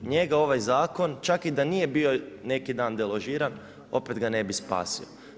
Njega ovaj zakon čak i da nije bio neki dan deložiran opet ga ne bi spasio.